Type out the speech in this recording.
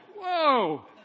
whoa